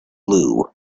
blue